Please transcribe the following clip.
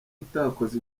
utakoze